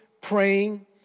praying